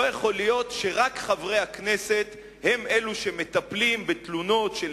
לא יכול להיות שרק חברי הכנסת מטפלים בתלונות של